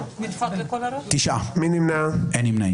הצבעה לא אושרו.